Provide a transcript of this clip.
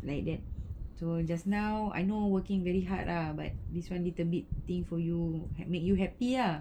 like that so just now I know working very hard lah but this one little bit thing for you like make you happy ah